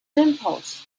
dimples